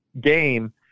game